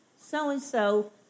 so-and-so